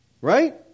right